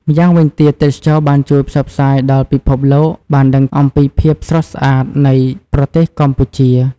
ម្យ៉ាងវិញទៀត ទេសចរណ៍បាន ជួយផ្សព្វផ្សាយដល់ពិភពលោកបានដឹង អំពីភាពស្រស់ស្អាតនៃប្រទេសកម្ពុជា។